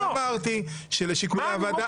אני אמרתי שלשיקולי הוועדה --- לא,